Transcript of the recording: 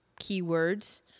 keywords